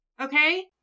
okay